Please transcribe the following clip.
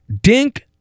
Dink